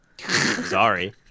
Sorry